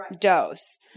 dose